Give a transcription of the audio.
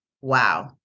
Wow